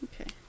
Okay